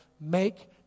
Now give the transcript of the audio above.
make